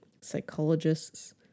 psychologists